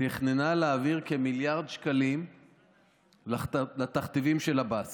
תכננה להעביר כמיליארד שקלים לתכתיבים של עבאס.